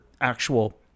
actual